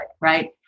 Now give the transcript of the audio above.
right